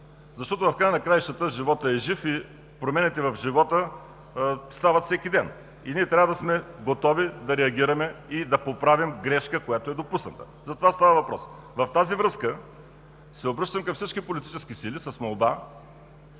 защото в края на краищата животът е жив и промените в него стават всеки ден и ние трябва да сме готови да реагираме и да поправим грешка, която е допусната – за това става въпрос. В тази връзка се обръщам към всички политически сили с молба